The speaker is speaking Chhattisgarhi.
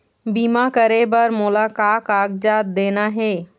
बीमा करे बर मोला का कागजात देना हे?